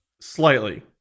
Slightly